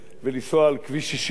ולנסוע על כביש 60,